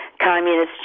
Communist